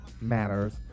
Matters